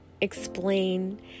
explain